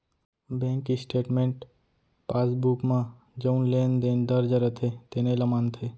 bank statement passbook म जउन लेन देन दर्ज रथे तेने ल मानथे